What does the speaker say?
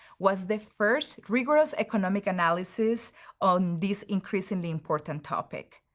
was the first rigorous economic analysis on this increasingly important topic.